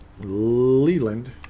Leland